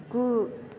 गु